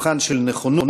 מבחן של נכונות,